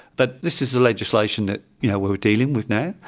but this is the legislation that yeah we're dealing with now.